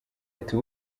ati